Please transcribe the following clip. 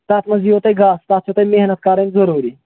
تَتھ منٛز یِیو تۅہہِ گاسہٕ تَتھ چھَو تۅہہِ محنت کَرٕنۍ ضروٗری